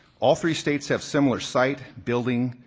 all three states have similar site, building,